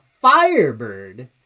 firebird